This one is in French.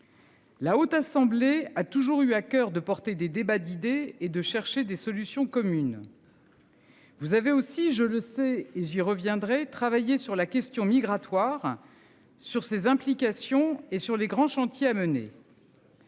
La haute assemblée a toujours eu à coeur de porter des débats d'idées et de chercher des solutions communes.-- Vous avez aussi je le sais et j'y reviendrai travailler sur la question migratoire sur ses implications et sur les grands chantiers à mener.--